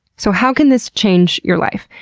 so, how can this change your life?